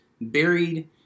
buried